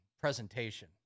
presentation